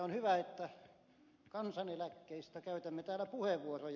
on hyvä että kansaneläkkeistä käytämme täällä puheenvuoroja